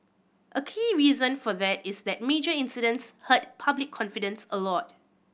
a key reason for that is that major incidents hurt public confidence a lot